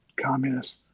communists